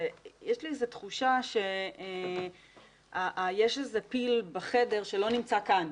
ויש לי תחושה שיש איזה פיל בחדר שלא נמצא כאן,